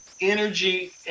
energy